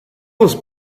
was